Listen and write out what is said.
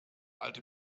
alte